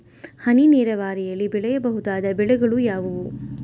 ಹನಿ ನೇರಾವರಿಯಲ್ಲಿ ಬೆಳೆಯಬಹುದಾದ ಬೆಳೆಗಳು ಯಾವುವು?